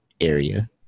area